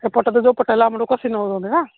ଏପଟୁ ତ ଯୋଉପଟୁ ହେଲେ ଆମଠୁ କଷି ନେଉଛନ୍ତି ନା